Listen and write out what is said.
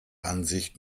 ansicht